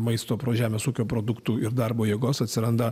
maisto pro žemės ūkio produktų ir darbo jėgos atsiranda